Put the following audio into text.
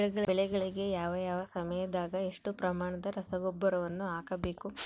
ಬೆಳೆಗಳಿಗೆ ಯಾವ ಯಾವ ಸಮಯದಾಗ ಎಷ್ಟು ಪ್ರಮಾಣದ ರಸಗೊಬ್ಬರವನ್ನು ಹಾಕಬೇಕು?